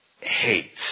hate